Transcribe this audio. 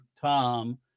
Tom